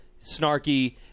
snarky